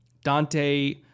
Dante